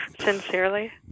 sincerely